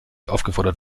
aufgefordert